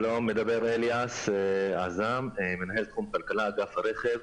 שלום לכם, אני מנהל תחום כלכלה, אגף הרכב,